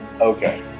Okay